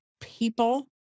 people